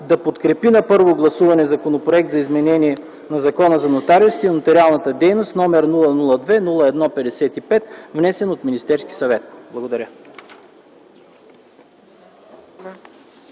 да подкрепи на първо гласуване Законопроект за изменение на Закона за нотариусите и нотариалната дейност с № 002–01–55, внесен от Министерски съвет.” Благодаря.